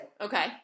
Okay